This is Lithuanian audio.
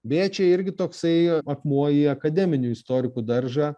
beje čia irgi toksai akmuo į akademinių istorikų daržą